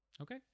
Okay